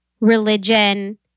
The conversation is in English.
religion